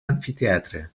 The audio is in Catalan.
amfiteatre